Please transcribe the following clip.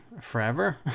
forever